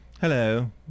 hello